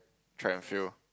track and field